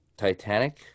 titanic